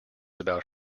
about